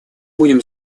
будем